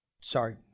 Sorry